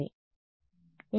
విద్యార్థి సరిపోలలేదు